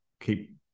keep